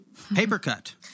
Papercut